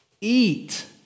eat